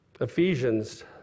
Ephesians